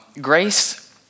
grace